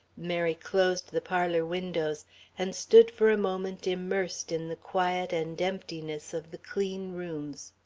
mary closed the parlour windows and stood for a moment immersed in the quiet and emptiness of the clean rooms.